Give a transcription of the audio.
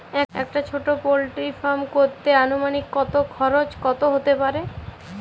একটা ছোটো poultry farm করতে আনুমানিক কত খরচ কত হতে পারে?